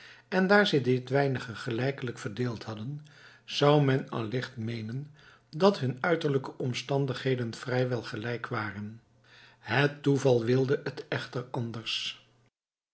en daar zij dit weinige gelijkelijk verdeeld hadden zou men allicht meenen dat hun uiterlijke omstandigheden vrij wel gelijk waren het toeval wilde t echter anders